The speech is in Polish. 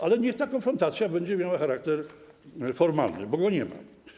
Ale niech ta konfrontacja będzie miała charakter formalny, bo go nie ma.